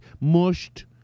Mushed